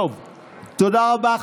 תודה רבה.